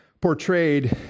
portrayed